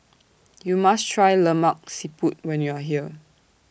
YOU must Try Lemak Siput when YOU Are here